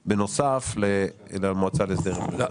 בנוסף למועצה להסדר ההימורים בספורט.